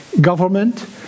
government